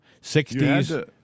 60s